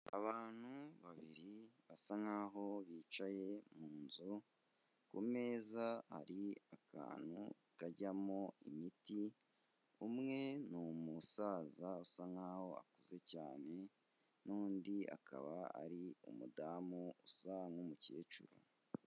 Abantu babiri basa nk'aho bicaye mu nzu, ku meza hari akantu kajyamo imiti, umwe ni umusaza usa nk'aho akuze cyane n'undi akaba ari umudamu usa nk'umukecuru.